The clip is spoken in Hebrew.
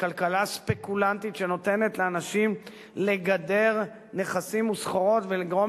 בכלכלה ספקולנטית שנותנת לאנשים לגדר נכסים וסחורות ולגרום